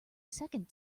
second